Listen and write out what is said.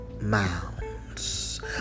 Mounds